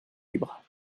libre